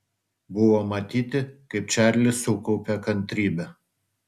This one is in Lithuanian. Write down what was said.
buvo matyti kaip čarlis sukaupia kantrybę